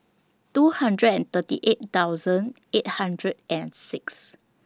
two hundred and thirty eight thousand eight hundred and six